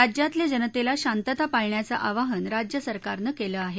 राज्यातल्या जनतेला शांतता पाळण्याचं आवाहन राज्य सरकारनं केलं आहे